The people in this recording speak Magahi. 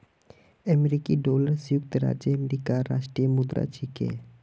अमेरिकी डॉलर संयुक्त राज्य अमेरिकार राष्ट्रीय मुद्रा छिके